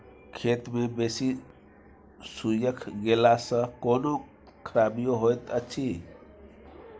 खेत मे बेसी सुइख गेला सॅ कोनो खराबीयो होयत अछि?